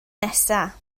nesaf